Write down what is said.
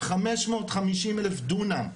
550,000 דונם.